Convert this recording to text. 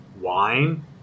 wine